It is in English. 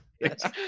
Yes